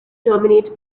terminate